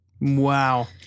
Wow